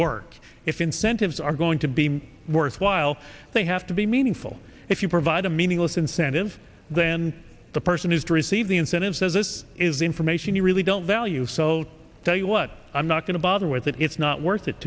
work if incentives are going to be worthwhile they have to be meaningful if you provide a meaningless incentive then the person has to receive the incentive says this is information you really don't value so tell you what i'm not going to bother with that it's not worth it